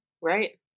right